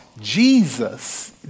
Jesus